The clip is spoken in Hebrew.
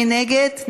מי נגד?